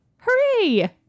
Hooray